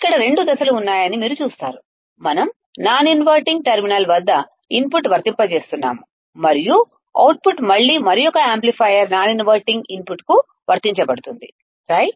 ఇక్కడ రెండు దశలు ఉన్నాయని మీరు చూస్తారు మనం నాన్ ఇన్వర్టింగ్ టెర్మినల్ వద్ద ఇన్పుట్ను వర్తింపజేస్తున్నాము మరియు అవుట్పుట్ మళ్ళీ మరొక యాంప్లిఫైయర్ నాన్ ఇన్వర్టింగ్ ఇన్పుట్ కువర్తించబడుతుంది సరే